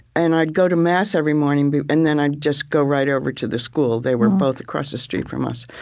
and i'd go to mass every morning, but and then i'd just go right over to the school. they were both across the street from us.